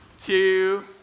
two